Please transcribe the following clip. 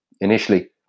initially